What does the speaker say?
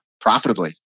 profitably